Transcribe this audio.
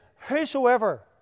Whosoever